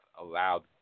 allowed